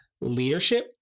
Leadership